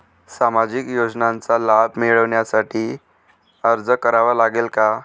सामाजिक योजनांचा लाभ मिळविण्यासाठी अर्ज करावा लागेल का?